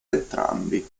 entrambi